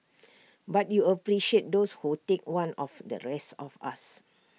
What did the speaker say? but you appreciate those who take one of the rest of us